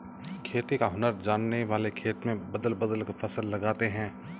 खेती का हुनर जानने वाले खेत में बदल बदल कर फसल लगाते हैं